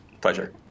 Pleasure